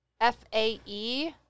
f-a-e